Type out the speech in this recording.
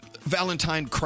Valentine